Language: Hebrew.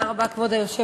תודה רבה, כבוד היושב-ראש.